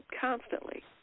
constantly